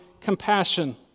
compassion